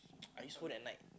I use phone at night